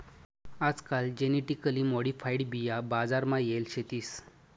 आजकाल genetically modified बिया बजार मा येल शेतीस